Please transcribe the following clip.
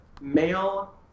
male